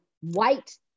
white